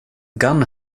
gun